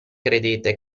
credete